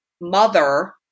mother